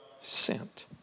sent